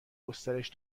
گسترش